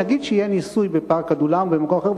נגיד שיהיה ניסוי בפארק עדולם או במקום אחר,